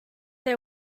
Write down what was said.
they